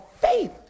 faith